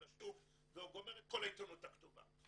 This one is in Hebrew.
השוק והוא גומר את כל העיתונות הכתובה.